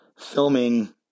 filming